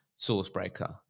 Sourcebreaker